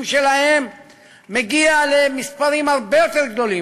שלהם מגיע למספרים הרבה יותר גדולים.